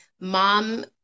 mom